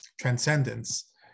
transcendence